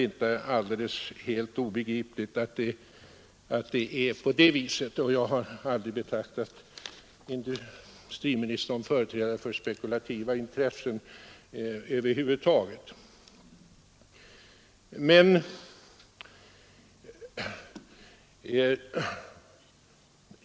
Jag har trots detta aldrig betraktat industriministern såsom företrädare för spekulativa intressen.